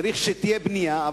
צריך שתהיה בנייה,